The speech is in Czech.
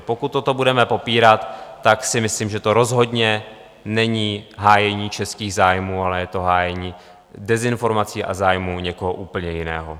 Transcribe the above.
Pokud toto budeme popírat, tak si myslím, že to rozhodně není hájení českých zájmů, ale je to hájení dezinformací a zájmů někoho úplně jiného.